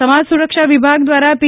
સમાજ સુરક્ષા વિભાગ દ્વારા પી